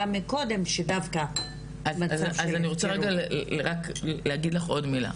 אז אני רוצה להגיד לך עוד מילה,